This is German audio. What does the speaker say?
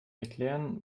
erklären